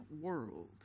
world